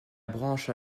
branche